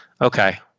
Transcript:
okay